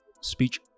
speech